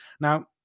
Now